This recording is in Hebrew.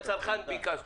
הצרכן ביקשתי.